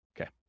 Okay